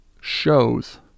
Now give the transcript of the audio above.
shows